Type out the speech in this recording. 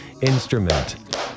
instrument